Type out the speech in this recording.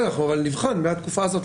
אנחנו נבחן מהתקופה הזו,